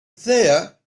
there